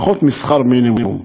פחות משכר מינימום,